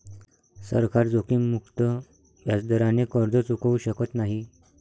सरकार जोखीममुक्त व्याजदराने कर्ज चुकवू शकत नाही